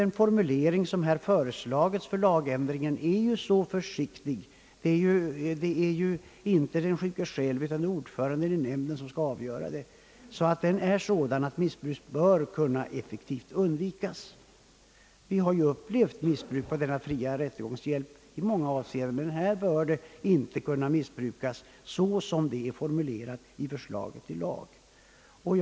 Den formulering som föreslagits för lagändringen är även så försiktig — det är ju inte den sjuke själv utan ordföranden i nämnden som skall avgöra ärendet — att missbruk effektivt bör kunna undvikas. Vi har ju upplevt missbruk av den fria rättegångshjälpen i många avseenden. Men i detta fall bör den inte kunna missbrukas med den formulering, som förslaget till lag nu fått.